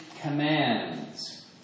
commands